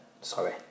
Sorry